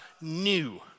new